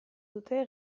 dute